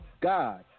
God